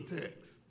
text